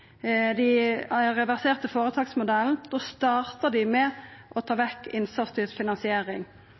dei reverserte føretaksmodellen, starta dei med å ta vekk innsatsstyrt finansiering.